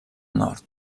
nord